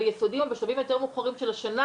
וביסודי או בשלבים היותר מאוחרים של השנה,